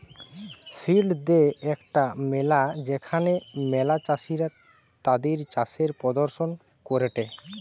field day একটা মেলা যেখানে ম্যালা চাষীরা তাদির চাষের প্রদর্শন করেটে